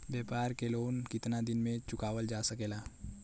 व्यापार के लोन कितना दिन मे चुकावल जा सकेला?